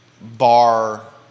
bar